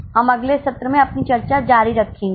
हम अगले सत्र में अपनी चर्चा जारी रखेंगे